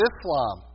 Islam